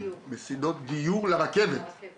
רכבת